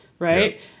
right